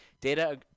data